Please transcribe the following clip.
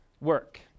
work